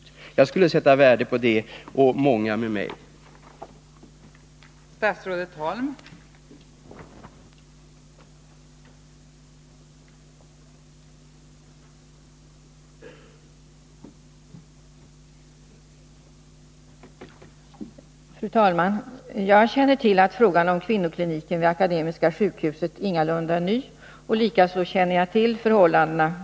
Jag och många med mig skulle Om planerna på sätta värde på om statsrådet gjorde det.